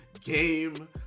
game